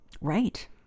Right